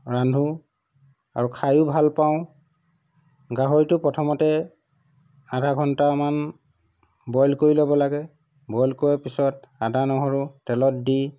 ৰান্ধো আৰু খায়ো ভাল পাওঁ গাহৰিটো প্ৰথমতে আধা ঘণ্টামান বইল কৰি ল'ব লাগে বইল কৰাৰ পিছত আদা নহৰু তেলত দি